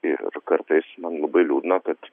ir kartais man labai liūdna kad